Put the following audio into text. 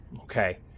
Okay